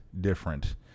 different